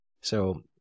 So-